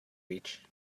beach